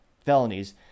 felonies